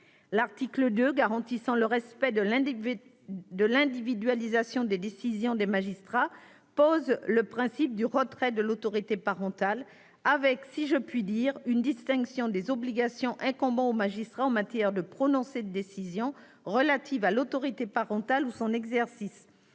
L'article 2, qui garantit l'individualisation des décisions des magistrats, pose le principe du retrait de l'autorité parentale avec, si je puis dire, une différenciation entre les obligations incombant aux magistrats en matière de prononcé de décision relative à l'autorité parentale ou son exercice.